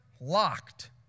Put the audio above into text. locked